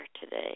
today